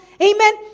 Amen